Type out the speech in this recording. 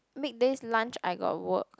weekdays lunch I got work